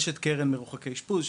יש את קרן מרוחקי אשפוז,